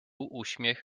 uśmiech